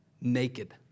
naked